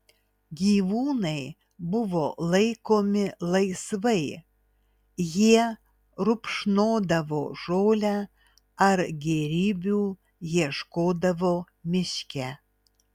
gyvūnai buvo laikomi laisvai jie rupšnodavo žolę ar gėrybių ieškodavo miške